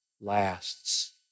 lasts